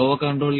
L